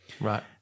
Right